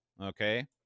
okay